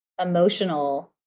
emotional